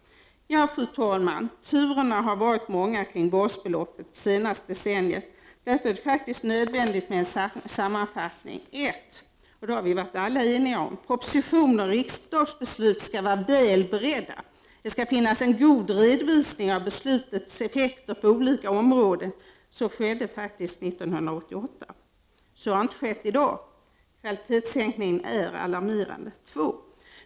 Ja, fru talman, turerna har varit många kring basbeloppet det senaste decenniet. Därför är det faktiskt nödvändigt med en sammanfattning: 1. Propositioner och riksdagsbeslut skall vara väl beredda. Det skall finnas en god redovisning av beslutet effekter på olika områden. Så skedde faktiskt 1988. Så har inte skett i dag. Kvalitetssänkningen är alarmerande. 2.